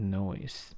noise